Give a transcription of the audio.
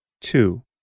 Two